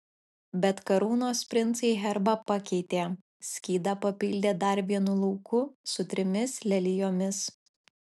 bet karūnos princai herbą pakeitė skydą papildė dar vienu lauku su trimis lelijomis